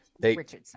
Richardson